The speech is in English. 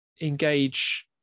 engage